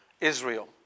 Israel